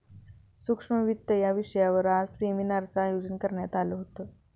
सूक्ष्म वित्त या विषयावर आज सेमिनारचं आयोजन करण्यात आलं होतं